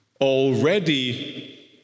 already